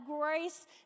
grace